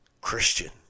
christian